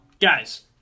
guys